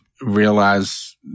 realize